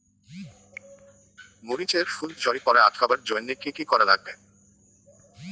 মরিচ এর ফুল ঝড়ি পড়া আটকাবার জইন্যে কি কি করা লাগবে?